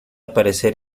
parecer